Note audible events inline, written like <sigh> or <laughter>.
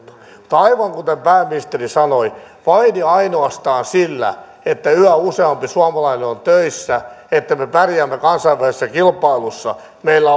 aivan kuten pääministeri sanoi vain ja ainoastaan sillä että yhä useampi suomalainen on töissä että me pärjäämme kansainvälisessä kilpailussa meillä <unintelligible>